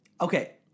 Okay